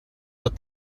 but